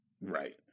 right